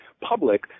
public